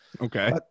Okay